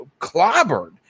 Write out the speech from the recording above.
clobbered